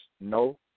no